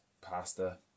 pasta